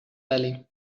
belly